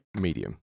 Medium